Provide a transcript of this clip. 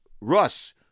Russ